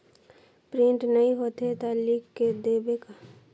Print नइ होथे ता लिख के दे देबे का?